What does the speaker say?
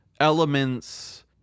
elements